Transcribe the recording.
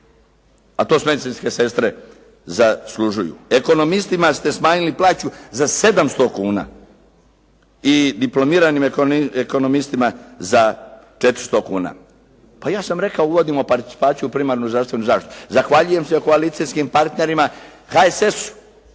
a to medicinske sestre zaslužuju. Ekonomistima ste smanjili plaću za 700 kuna i diplomiranim ekonomistima za 400 kuna. Pa ja samo rekao, uvodimo participaciju u primarnu zdravstvenu zaštitu, zahvaljujem se koalicijskim partnerima HSS-u